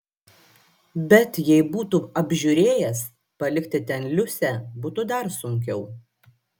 bet jei būtų apžiūrėjęs palikti ten liusę būtų dar sunkiau